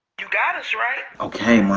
you got us, right? okay, mom.